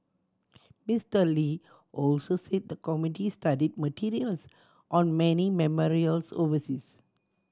Mister Lee also said the committee studied materials on many memorials overseas